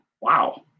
Wow